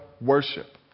worship